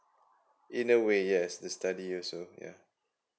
in a way yes the study also yeah